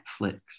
Netflix